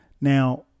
Now